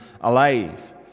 alive